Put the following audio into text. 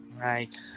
Right